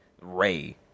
ray